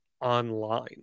online